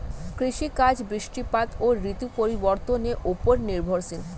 কৃষিকাজ বৃষ্টিপাত ও ঋতু পরিবর্তনের উপর নির্ভরশীল